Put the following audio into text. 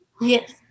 Yes